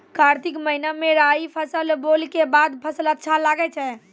कार्तिक महीना मे राई फसल बोलऽ के बाद फसल अच्छा लगे छै